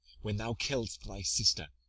when thou kill'd'st thy sister,